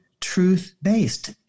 truth-based